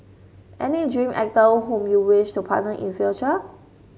any dream actor whom you wish to partner in future